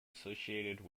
associated